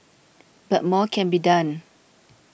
but more can be done